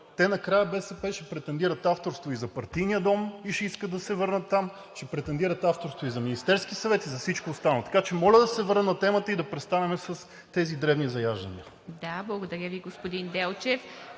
накрая БСП ще претендират авторство и за Партийния дом и ще искат да се върнат там, ще претендират авторство и за Министерски съвет, и за всичко останало. Така че моля да се върнем на темата и да престанем с тези дребни заяждания. ПРЕДСЕДАТЕЛ ИВА МИТЕВА: Благодаря Ви, господин Делчев.